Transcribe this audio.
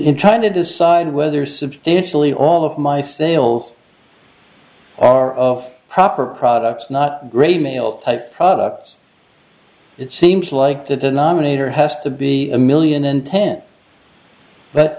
and trying to decide whether substantially all of my sales are of proper products not remailed products it seems like the denominator has to be a million and ten but